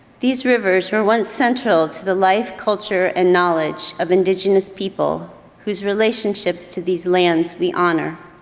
these rivers were once central to the life, culture and knowledge of indigenous people whose relationships to these lands we honor.